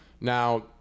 Now